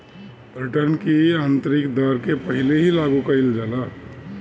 return की आतंरिक दर के पहिले ही लागू कईल जाला